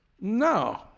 No